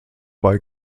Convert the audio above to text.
bei